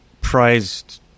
prized